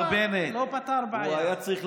מר בנט ושאר חברי הקואליציה,